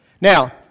Now